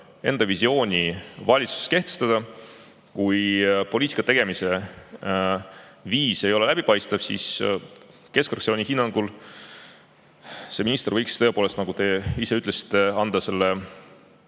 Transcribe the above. enda visiooni valitsuses kehtestada, kui poliitika tegemise viis ei ole läbipaistev, siis keskfraktsiooni hinnangul võiks see minister tõepoolest, nagu te ka ise ütlesite, anda selle